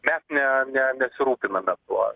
mes ne nesirūpiname tuo